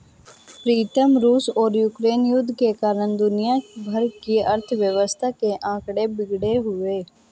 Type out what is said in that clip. प्रीतम रूस और यूक्रेन युद्ध के कारण दुनिया भर की अर्थव्यवस्था के आंकड़े बिगड़े हुए